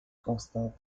constant